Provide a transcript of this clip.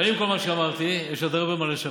אבל עם כל מה שאמרתי, יש עוד הרבה מה לשפר.